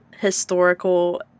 historical